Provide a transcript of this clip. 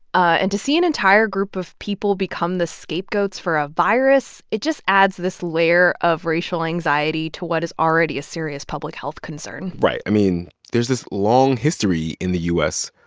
and to see an entire group of people become the scapegoats for a virus, it just adds this layer of racial anxiety to what is already a serious public health concern right. i mean, there's this long history in the u s.